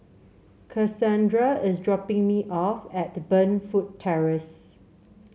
Kasandra is dropping me off at Burnfoot Terrace